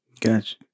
Gotcha